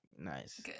nice